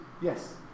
Yes